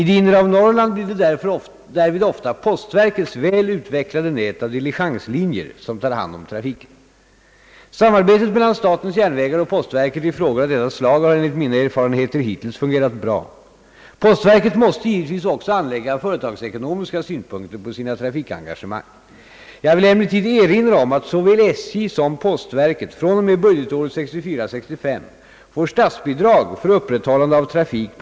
Detta har tagit sig uttryck i aviserade indragningar av persontåg och av hållplatser utan beaktande av om alternativa kollektiva kommunikationsmedel står den berörda allmänheten till buds. I många fall förefaller det dock som om problemen väsentligen skulle kunna lösas genom en samordning mellan postverkets busstrafik och SJ:s persontrafik.